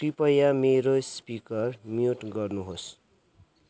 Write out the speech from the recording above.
कृपया मेरो speaker mute गर्नुहोस्